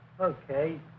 Okay